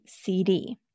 CD